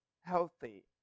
healthy